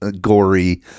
gory